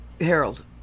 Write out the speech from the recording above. Harold